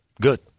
Good